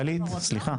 גלית, סליחה.